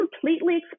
completely